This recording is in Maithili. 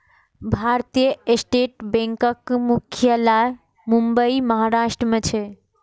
भारतीय स्टेट बैंकक मुख्यालय मुंबई, महाराष्ट्र मे छै